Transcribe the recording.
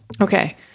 Okay